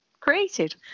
Created